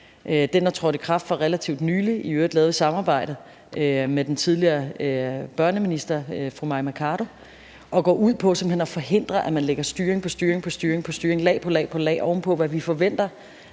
Den er trådt i kraft for relativt nylig, i øvrigt lavet i samarbejde med den tidligere børneminister, fru Mai Mercado, og den går ud på simpelt hen at forhindre, at man lægger styring på styring på styring, lag på lag på lag oven på, hvad vi forventer